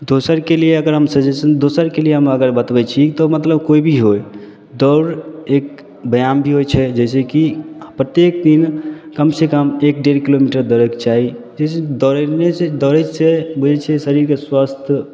दोसरके लिए अगर हम सजेशन दोसरके लिए हम अगर बतबै छी तऽ मतलब कोइ भी होइ दौड़ एक व्यायाम भी होइ छै जइसेकि प्रत्येक दिन कमसे कम एक डेढ़ किलोमीटर दौड़ेके चाही जइसे दौड़नेसे दौड़ैसे बुझै छिए शरीरके स्वस्थ